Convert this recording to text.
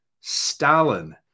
Stalin